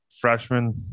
freshman